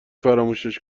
فراموشش